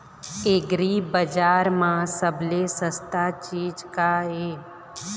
एग्रीबजार म सबले सस्ता चीज का ये?